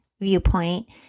viewpoint